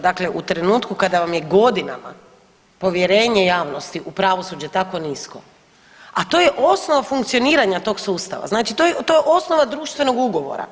Dakle, u trenutku kada vam je godinama povjerenje javnosti u pravosuđe tako nisko, a to je osnov funkcioniranja tog sustava, znači to je osnova društvenog ugovora.